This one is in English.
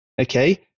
Okay